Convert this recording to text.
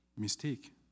mistake